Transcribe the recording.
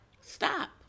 stop